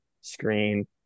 screen